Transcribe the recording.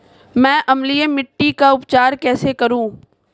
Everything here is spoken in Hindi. मैं अम्लीय मिट्टी का उपचार कैसे करूं?